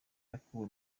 yakuwe